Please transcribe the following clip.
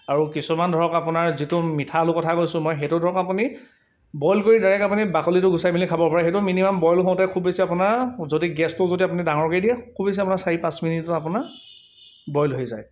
আৰু কিছুমান ধৰক আপোনাৰ যিটো মিঠা আলুৰ কথা কৈছোঁ মই সেইটো ধৰক আপুনি বইল কৰি ডাইৰেক্ট আপুনি বাকলিটো গুচাই মেলি খাব পাৰে সেইটো মিনিমাম বইল হওঁতে খুব বেছি আপোনাৰ যদি গেছটো যদি আপুনি ডাঙৰকৈ দিয়ে খুব বেছি আপোনাৰ চাৰি পাঁচ মিনিটত আপোনাৰ বইল হৈ যায়